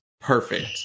perfect